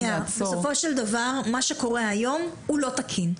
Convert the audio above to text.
בסופו של דבר מה שקורה היום הוא לא תקין,